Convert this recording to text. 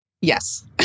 Yes